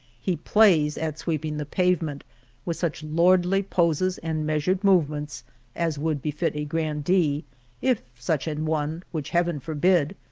he plays at sweeping the pavement with such lordly poses and measured movements as would be fit a grandee, if such an one, which heaven forbid,